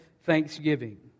thanksgiving